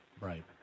right